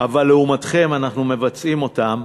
אבל לעומתכם, אנחנו מבצעים אותם,